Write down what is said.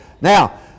Now